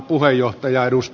arvoisa puhemies